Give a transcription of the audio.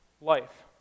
life